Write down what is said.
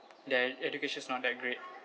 their education is not that great